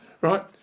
Right